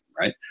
right